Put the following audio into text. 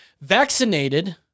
vaccinated